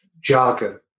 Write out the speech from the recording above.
jargon